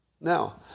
Now